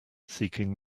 seeking